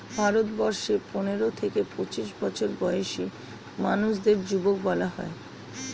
ভারতবর্ষে পনেরো থেকে পঁচিশ বছর বয়সী মানুষদের যুবক বলা হয়